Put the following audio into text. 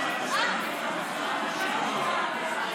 העניינים, חברי